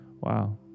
Wow